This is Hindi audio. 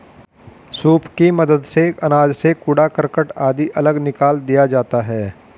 सूप की मदद से अनाज से कूड़ा करकट आदि अलग निकाल दिया जाता है